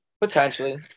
Potentially